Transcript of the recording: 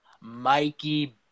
Mikey